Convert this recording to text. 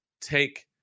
take